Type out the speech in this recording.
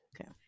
Okay